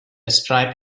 striped